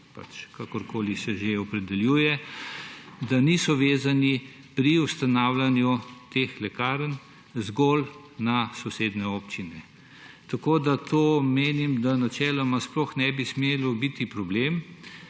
pač kakorkoli se že opredeljuje, da niso vezani pri ustanavljanju teh lekarn zgolj na sosednje občine. Tako da menim, da načeloma sploh ne bi smel biti problem,